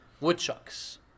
woodchucks